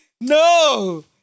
No